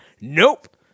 nope